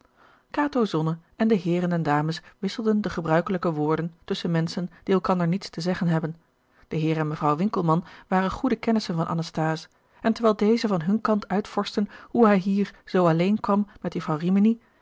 kato zonne en de heeren en dames wisselden de gebruikelijke woorden tusschen menschen die elkander niets te zeggen hebben de heer en mevrouw winkelman waren goede kennissen van anasthase en terwijl deze van hun kant uitvorschten hoe hij hier zoo alleen kwam met jufvrouw rimini